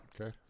okay